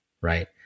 right